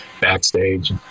backstage